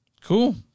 Cool